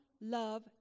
love